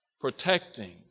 protecting